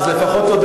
אני לא בא בטענות,